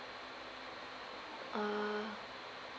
uh